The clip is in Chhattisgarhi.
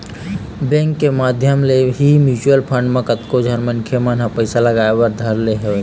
बेंक के माधियम ले ही म्यूचुवल फंड म कतको झन मनखे मन ह पइसा लगाय बर धर ले हवय